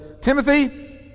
timothy